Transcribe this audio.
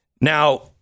Now